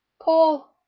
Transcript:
paul.